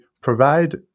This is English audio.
provide